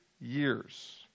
years